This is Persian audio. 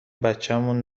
بچمون